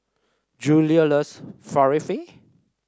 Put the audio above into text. Julie loves Falafel